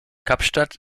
kapstadt